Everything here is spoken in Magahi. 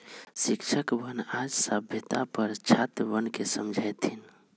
शिक्षकवन आज साम्यता पर छात्रवन के समझय थिन